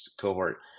cohort